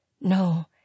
No